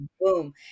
boom